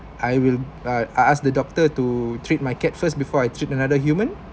I will I I ask the doctor to treat my cat first before I treat another human